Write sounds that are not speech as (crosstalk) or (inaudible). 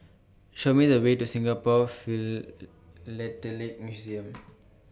(noise) Show Me The Way to Singapore Philatelic Museum